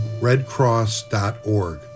redcross.org